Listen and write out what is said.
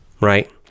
Right